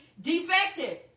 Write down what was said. defective